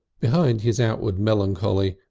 behind his outward melancholy,